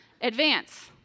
advance